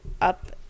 up